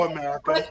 America